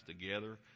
together